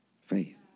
faith